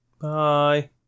Bye